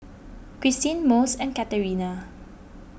Cristine Mose and Katerina